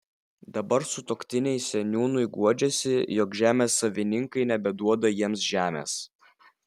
dabar sutuoktiniai seniūnui guodžiasi jog žemės savininkai nebeduoda jiems žemės